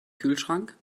kühlschrank